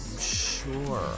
sure